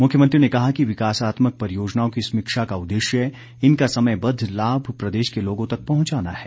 मुख्यमंत्री ने कहा कि विकासात्मक परियोजनाओं की समीक्षा का उददेश्य इनका समयबद्ध लाभ प्रदेश के लोगों तक पहुंचाना है